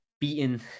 beaten